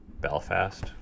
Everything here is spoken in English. Belfast